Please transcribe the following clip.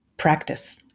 Practice